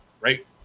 Right